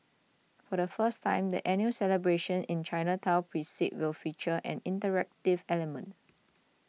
for the first time the annual celebrations in the Chinatown precinct will feature an interactive element